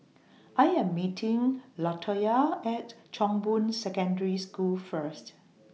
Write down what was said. I Am meeting Latoyia At Chong Boon Secondary School First